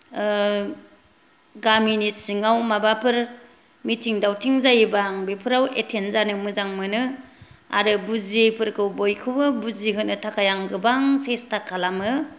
गामिनि सिङाव माबाफोर मिथिं दावथिं जायोबा आं बेफोराव एतेन्द जानो मोजां मोनो आरो बुजियैफोरखौ बयखौबो बुजिहोनो थाखाय आं गोबां सेस्ता खालामो